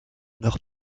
meurt